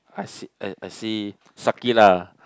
I see I I see Shakira